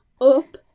Up